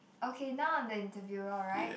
okay now I'm the interviewer all right